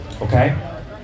okay